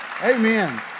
Amen